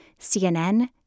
CNN